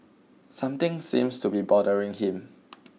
something seems to be bothering him